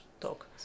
Talk